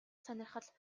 сонирхол